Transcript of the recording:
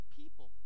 people